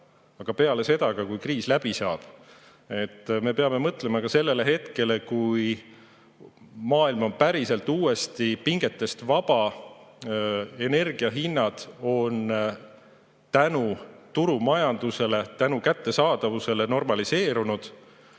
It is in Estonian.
ka peale seda, kui kriis läbi saab. Me peame mõtlema ka sellele hetkele, kui maailm on päriselt uuesti pingetest vaba, energiahinnad on tänu turumajandusele, tänu kättesaadavusele normaliseerunud.